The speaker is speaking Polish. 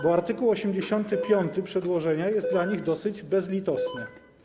Bo art. 85 przedłożenia jest dla nich dosyć bezlitosny.